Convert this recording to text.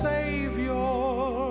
Savior